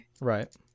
right